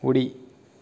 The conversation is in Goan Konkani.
उडी